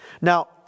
Now